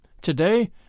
Today